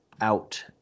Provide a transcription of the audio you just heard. out